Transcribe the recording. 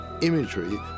imagery